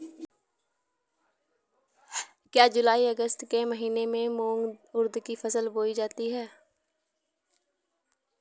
क्या जूलाई अगस्त के महीने में उर्द मूंग की फसल बोई जाती है?